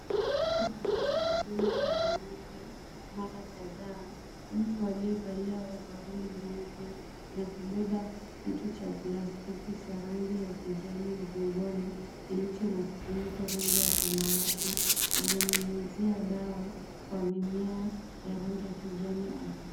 Shamba lililogawanyika mara kadhaa, mtu aliyevaa ovaroli nyeupe na kubeba kitu cha plastiki cha rangi ya kijani mgongoni kilicho na kifuniko rangi ya samawati, ananyunyuzia dawa kwa mimea ya rangi ya kijani ardhini.